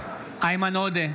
איימן עודה,